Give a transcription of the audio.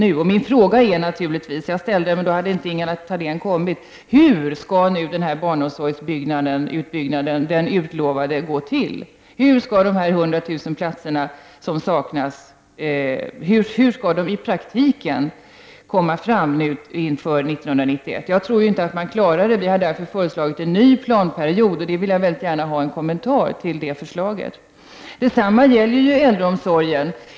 Jag frågar därför — jag ställde samma frågor tidigare, men då hade Ingela Thalén inte kommit: Hur skall den utlovade barnomsorgsutbyggnaden gå till? Hur skall de 100 000 platser som saknas i praktiken komma till inför 1991? Jag tror inte att man klarar detta. Vi har därför föreslagit en ny planperiod, och jag vill väldigt gärna ha en kommentar till detta förslag. Detsamma gäller äldreomsorgen.